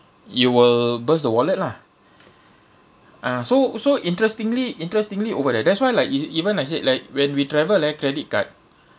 you will burst the wallet lah ah so so interestingly interestingly over there that's why like ev~ even I said like when we travel eh credit card